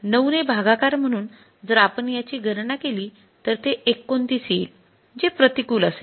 ९ ने भागाकार म्हणून जर आपण याची गणना केली तर ते 29 येईल जे प्रतिकूल असेल